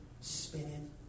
spinning